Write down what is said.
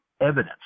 evidence